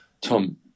Tom